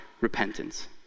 repentance